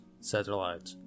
satellite